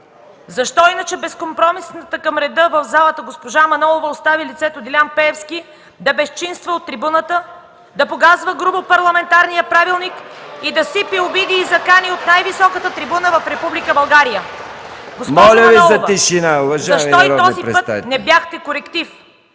Защо иначе безкомпромисната към реда в залата госпожа Манолова остави лицето Делян Пеевски да безчинства от трибуната, да погазва грубо парламентарния правилник и да сипе обиди и закани от най-високата трибуна в Република България? (Силен шум в залата, провиквания: